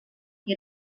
que